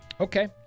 Okay